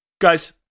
Guys